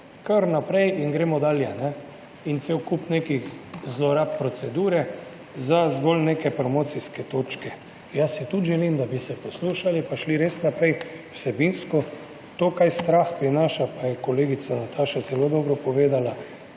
kar naprej in gremo dalje. In cel kup nekih zlorab procedure za zgolj neke promocijske točke. Jaz si tudi želim, da bi se poslušali pa šli res naprej vsebinsko, to kaj strah prinaša, pa je kolegica Nataša zelo dobro povedala,